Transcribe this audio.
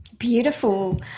Beautiful